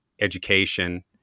education